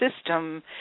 system